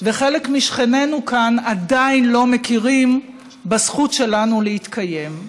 וחלק משכנינו כאן עדיין לא מכירים בזכות שלנו להתקיים.